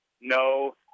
No